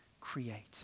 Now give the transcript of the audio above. create